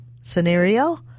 scenario